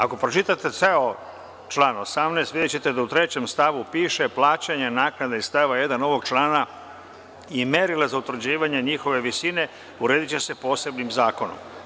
Ako pročitate ceo član 18, videćete da u 3. stavu piše – plaćanje naknada iz stava 1. ovog člana i merila za utvrđivanje njihove visine, urediće se posebnim zakonom.